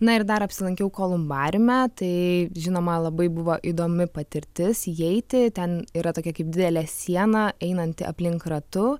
na ir dar apsilankiau kolumbariume tai žinoma labai buvo įdomi patirtis įeiti ten yra tokia kaip didelė siena einanti aplink ratu